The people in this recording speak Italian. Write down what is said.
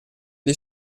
dei